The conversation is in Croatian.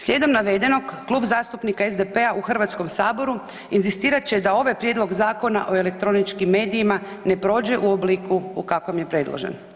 Slijedom navedenog Klub zastupnika SDP-a u Hrvatskom saboru inzistirat će da ovaj Prijedlog zakona o elektroničkim medijima ne prođe u obliku u kakvom je predložen.